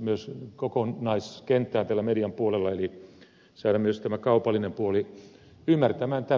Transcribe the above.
myös kokonaiskenttään tällä median puolella eli saada myös kaupallinen puoli ymmärtämään tämä